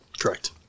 Correct